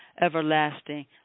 everlasting